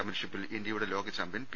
ചാമ്പ്യൻഷിപ്പിൽ ഇന്ത്യയുടെ ലോക ചാമ്പ്യൻ പി